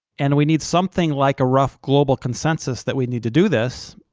and we need something like a rough global consensus that we need to do this,